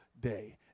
day